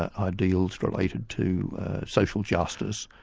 ah ideals related to social justice,